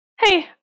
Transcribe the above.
Hey